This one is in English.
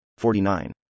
49